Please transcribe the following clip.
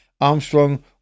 Armstrong